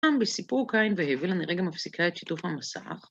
גם בסיפור קין והבל אני רגע מפסיקה את שיתוף המסך...